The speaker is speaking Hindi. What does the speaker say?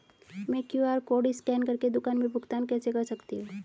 मैं क्यू.आर कॉड स्कैन कर के दुकान में भुगतान कैसे कर सकती हूँ?